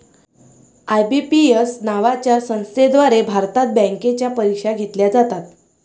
IBPS नावाच्या संस्थेद्वारे भारतात बँकांच्या परीक्षा घेतल्या जातात